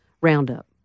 Roundup